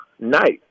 night